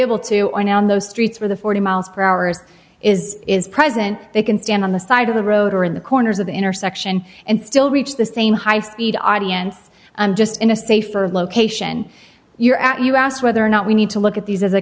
able to on on those streets where the forty mph zone is is present they can stand on the side of the road or in the corners of the intersection and still reach the same high speed audience just in a safer location you're at you asked whether or not we need to look at these as a